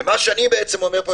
ומה שאני אומר פה,